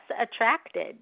attracted